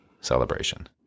celebration